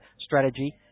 strategy